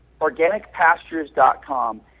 Organicpastures.com